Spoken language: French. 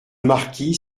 marquis